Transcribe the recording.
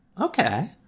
Okay